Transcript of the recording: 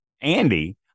Andy